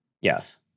Yes